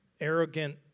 arrogant